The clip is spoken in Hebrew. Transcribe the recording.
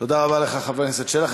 תודה רבה לך, חבר הכנסת שלח.